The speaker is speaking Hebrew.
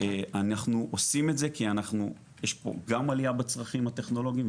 אנחנו עושים את זה כי יש פה גם עליה בצרכים הטכנולוגים.